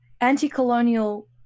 anti-colonial